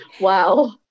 wow